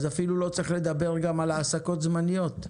אז אפילו לא צריך לדבר על העסקות זמניות.